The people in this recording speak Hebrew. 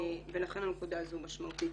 ולכן הנקודה הזו משמעותית.